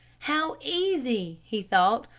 how easy, he thought,